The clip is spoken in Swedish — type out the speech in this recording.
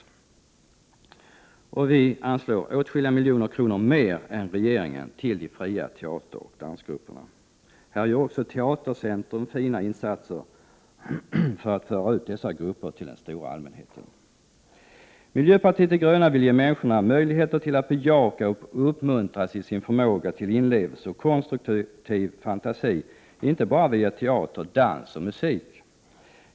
Vi i miljöpartiet anslår åtskilliga miljoner kronor mer än regeringen till de fria teateroch dansgrupperna. Här gör också Teatercentrum fina insatser för att föra ut dessa grupper till den stora allmänheten. Miljöpartiet de gröna vill ge människor möjligheter till att bejaka och uppmuntras i sin förmåga till inlevelse och konstruktiv fantasi, inte bara via teater, dans och musik.